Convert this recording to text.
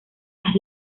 las